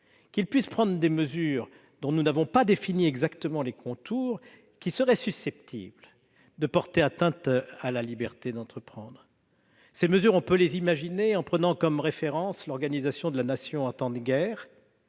qu'il puisse prendre des mesures, dont nous n'avons pas défini exactement les contours, qui seraient susceptibles de porter atteinte à la liberté d'entreprendre. Ces mesures, on peut les imaginer en prenant comme référence l'organisation de la Nation en temps de guerre,